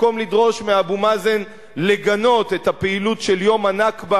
במקום לדרוש מאבו מאזן לגנות את הפעילות של יום הנכבה